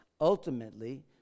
ultimately